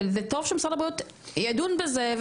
וטוב שמשרד הבריאות ידון בזה.